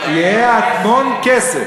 יהיה כסף